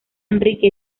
enrique